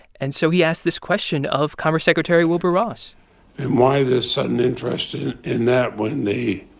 and so he asked this question of commerce secretary wilbur ross why this sudden interest in that when the